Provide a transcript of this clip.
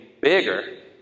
bigger